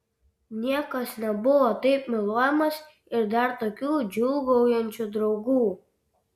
niekas nebuvo taip myluojamas ir dar tokių džiūgaujančių draugų